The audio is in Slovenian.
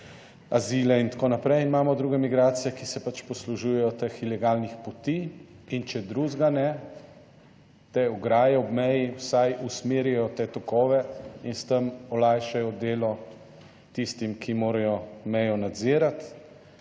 azile in tako naprej, imamo druge migracije, ki se pač poslužujejo teh ilegalnih poti in če drugega ne, te ograje ob meji vsaj usmerjajo te tokove in s tem olajšajo delo tistim, ki morajo mejo nadzirati,